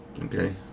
Okay